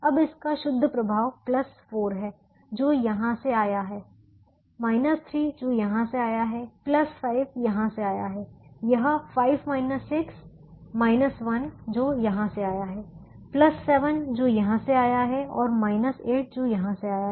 अब इसका शुद्ध प्रभाव 4 है जो यहाँ से आया है 3 जो यहाँ से आया है 5 यहाँ से आया है यह 5 6 1 जो यहाँ से आया है 7 जो यहाँ से आया है और 8 जो यहाँ से आया है